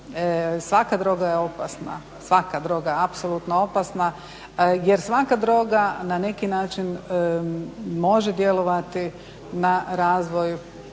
Svaka droga je opasna, svaka droga je apsolutno opasna jer svaka droga na neki način može djelovati na razvoj